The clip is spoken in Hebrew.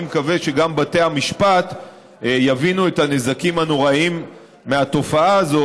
אני מקווה שגם בתי המשפט יבינו את הנזקים הנוראים מהתופעה הזו,